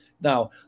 Now